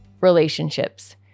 relationships